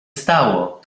stało